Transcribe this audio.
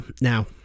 Now